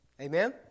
Amen